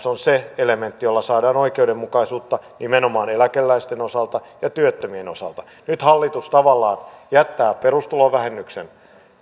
on se elementti jolla saadaan oikeudenmukaisuutta nimenomaan eläkeläisten osalta ja työttömien osalta nyt hallitus tavallaan jättää perusvähennykseen